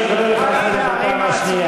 אני קורא אותך לסדר בפעם השנייה.